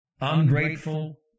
ungrateful